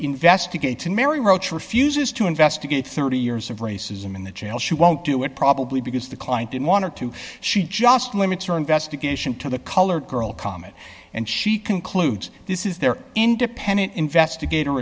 investigating mary roach refuses to investigate thirty years of racism in the jail she won't do it probably because the client didn't want her to she just limits our investigation to the colored girl comment and she concludes this is their independent investigator